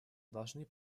должны